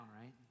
right